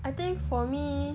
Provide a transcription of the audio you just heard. I think for me